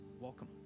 Welcome